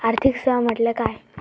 आर्थिक सेवा म्हटल्या काय?